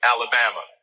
Alabama